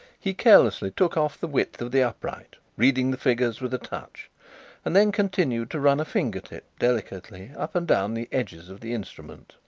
he carelessly took off the width of the upright, reading the figures with a touch and then continued to run a finger-tip delicately up and down the edges of the instrument.